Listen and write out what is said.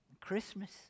Christmas